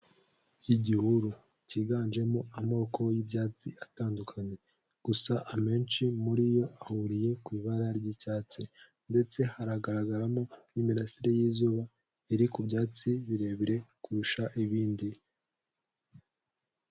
Igihuru, cyiganjemo amoko y'ibyatsi atandukanye, gusa amenshi muri yo ahuriye ku ibara ry'icyatsi, ndetse haragaragaramo n'imirasire y'izuba iri ku byatsi birebire kurusha ibindi.